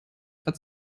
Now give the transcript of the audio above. grad